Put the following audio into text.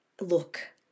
look